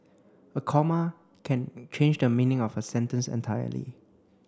a comma can change the meaning of a sentence entirely